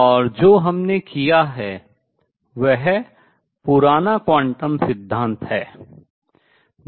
और जो हमने जो किया है वह पुराना क्वांटम सिद्धांत है